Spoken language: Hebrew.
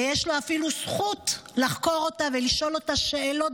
ויש לו אפילו זכות לחקור אותה ולשאול אותה שאלות